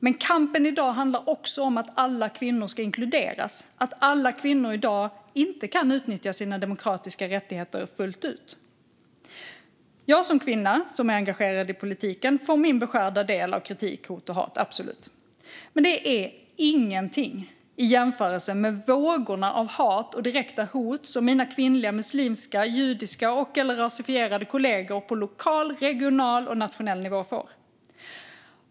Men kampen i dag handlar också om att alla kvinnor ska inkluderas och om att alla kvinnor i dag inte kan utnyttja sina demokratiska rättigheter fullt ut. Som kvinna som är engagerad i politiken får jag absolut min beskärda del av kritik, hot och hat. Men det är ingenting i jämförelse med de vågor av hat och direkta hot som mina kvinnliga muslimska, judiska eller rasifierade kollegor på lokal, regional och nationell nivå får.